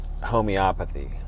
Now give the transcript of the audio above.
homeopathy